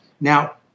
Now